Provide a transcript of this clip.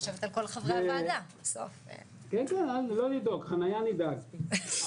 הגודל שלו לא יעזור למטופלים שלנו,